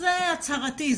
זה הצהרתי,